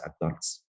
adults